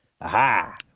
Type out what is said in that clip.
Aha